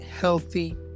healthy